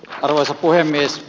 arvoisa puhemies